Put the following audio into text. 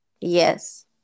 Yes